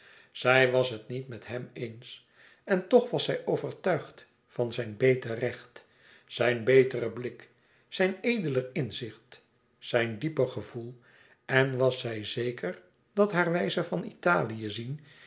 zij was het niet met hem eens en toch was zij overtuigd e ids aargang zijn beter recht zijn beteren blik zijn edeler inzicht zijn dieper gevoel en was zij zeker dat haar wijze van italië zien